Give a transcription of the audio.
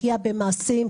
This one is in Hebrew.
הגיע הזמן למעשים.